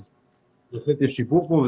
אז בהחלט יש שיפור פה.